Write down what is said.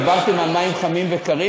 דיברתם על מים חמים וקרים,